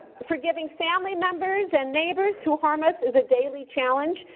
forgiving family members and neighbors who harm us is a daily challenge,